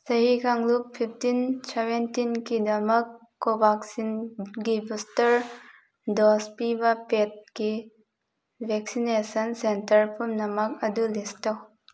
ꯆꯍꯤ ꯀꯥꯡꯂꯨꯞ fifteen seventeen ꯀꯤꯗꯃꯛ ꯀꯣꯚꯥꯛꯁꯤꯟꯒꯤ ꯕꯨꯁꯇꯔ ꯗꯣꯖ ꯄꯤꯕ ꯄꯦꯗꯀꯤ ꯚꯦꯛꯁꯤꯅꯦꯁꯟ ꯁꯦꯟꯇꯔ ꯄꯨꯝꯅꯃꯛ ꯑꯗꯨ ꯂꯤꯁ ꯇꯧ